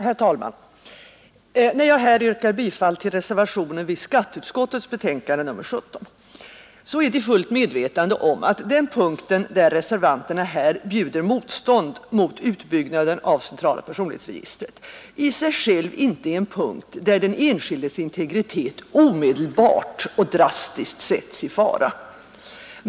Herr talman! När jag här yrkar bifall till reservationen vid skatteutskottets betänkande nr 17 är det i fullt medvetande om att den punkt, där reservanterna bjuder motstånd mot utbyggnaden av CPR, i sig själv inte är en punkt där den enskildes integritet omedelbart och drastiskt sätts i fara.